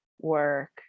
work